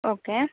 okay